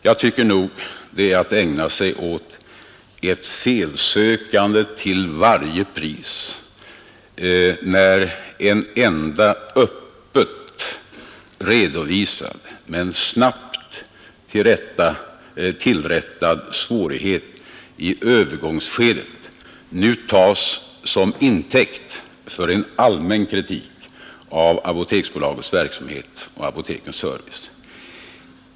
Jag tycker nog det är att ägna sig åt ett felsökande till varje pris när en enda öppet redovisad men snabbt tillrättad svårighet i övergångsskedet nu tas som intäkt för en allmän kritik av Apoteksbolagets verksamhet och apotekens service.